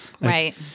Right